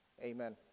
Amen